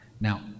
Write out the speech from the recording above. Now